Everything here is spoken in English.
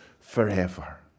forever